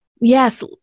Yes